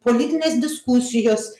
politinės diskusijos